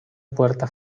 puerta